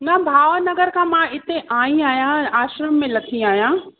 न भाव नगर खां मां इते आयी आहियां आश्रम में लथी आहियां